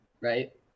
right